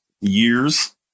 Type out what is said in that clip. years